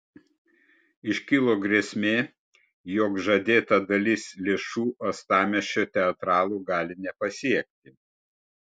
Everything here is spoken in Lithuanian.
iškilo grėsmė jog žadėta dalis lėšų uostamiesčio teatralų gali nepasiekti